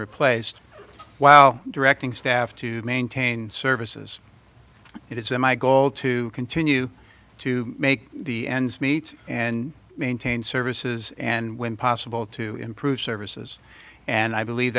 replaced wow directing staff to maintain services it is my goal to continue to make the ends meet and maintain services and when possible to improve services and i believe